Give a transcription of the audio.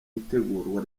itegurwa